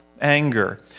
anger